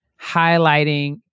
highlighting